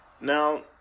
Now